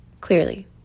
Clearly